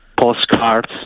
Postcards